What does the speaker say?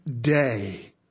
day